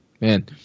man